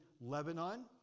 Lebanon